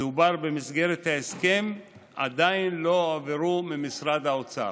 דובר במסגרת ההסכם עדיין לא הועברו ממשרד האוצר.